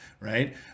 right